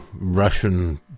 Russian